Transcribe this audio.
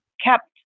kept